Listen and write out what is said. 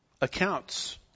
accounts